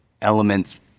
elements